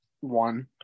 one